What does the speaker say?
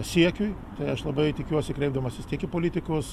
siekiui tai aš labai tikiuosi kreipdamasis tiek į politikus